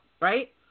right